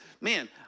man